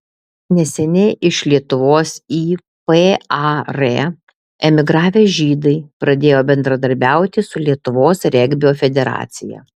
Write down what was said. neseniai iš lietuvos į par emigravę žydai pradėjo bendradarbiauti su lietuvos regbio federacija